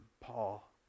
Paul